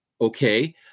okay